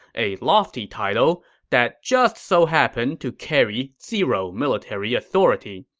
a lofty title that just so happened to carry zero military authority.